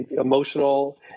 emotional